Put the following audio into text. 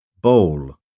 Bowl